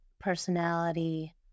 personality